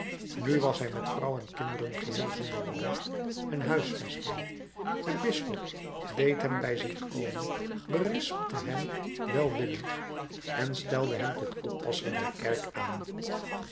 nu was hij met vrouw en kinderen geheel zonder brood en huisvesting de bisschop deed hem bij zich komen berispte hem welwillend en stelde hem tot oppasser der kerk aan